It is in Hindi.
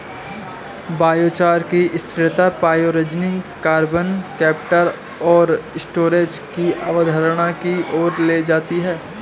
बायोचार की स्थिरता पाइरोजेनिक कार्बन कैप्चर और स्टोरेज की अवधारणा की ओर ले जाती है